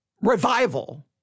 revival